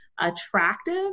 attractive